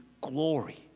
glory